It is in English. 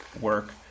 work